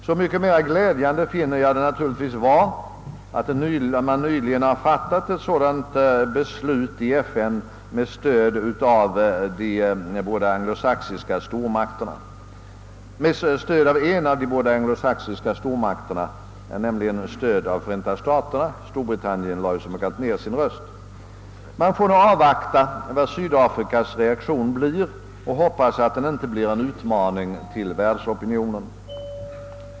Så mycket mera glädjande finner jag det naturligtvis vara att FN nyligen fattat ett sådant beslut med stöd av en av de båda anglosaxiska stormakterna, nämligen Förenta staterna — Storbritannien lade som bekant ned sin röst. Man får nu avvakta Sydafrikas reaktion och hoppas att den inte blir en utmaning till världsopinionen.